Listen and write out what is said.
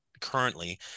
currently